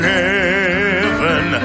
heaven